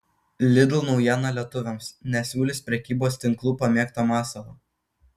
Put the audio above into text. lidl naujiena lietuviams nesiūlys prekybos tinklų pamėgto masalo